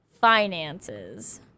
Finances